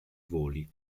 voli